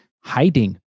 hiding